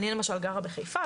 אני למשל גרה בחיפה,